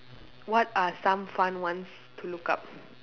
what are some fun ones to look up